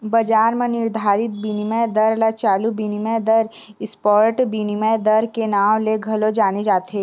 बजार म निरधारित बिनिमय दर ल चालू बिनिमय दर, स्पॉट बिनिमय दर के नांव ले घलो जाने जाथे